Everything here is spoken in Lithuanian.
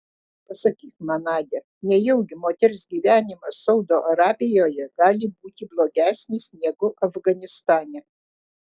pasakyk man nadia nejaugi moters gyvenimas saudo arabijoje gali būti blogesnis negu afganistane